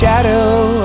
Shadow